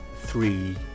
three